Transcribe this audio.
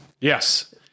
Yes